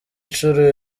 nshuro